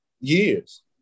years